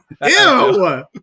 Ew